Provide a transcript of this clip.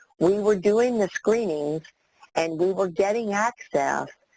we were doing the screenings and we were getting access,